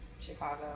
Chicago